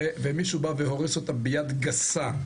ומישהו בא והורס אותה ביד גסה.